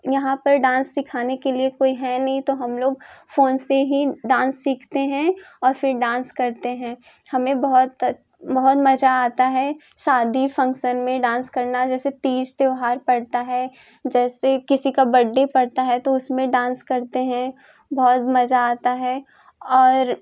यहाँ पर डांस सिखाने के लिए कोई है नहीं तो हम लोग फ़ोन से ही डांस सीखते हैं और फ़िर डांस करते हैं हमें बहुत बहुत मज़ा आता है शादी फंक्शन में डांस करना जैसे तीज त्यौहार पड़ता है जैसे किसी का बड्डे पड़ता है तो उसमें डांस करते हैं बहुत मज़ा आता है और